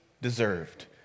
deserved